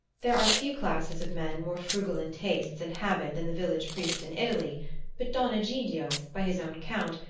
there are few classes of men more frugal in tastes and habit than the village priest in italy but don egidio, by his own account,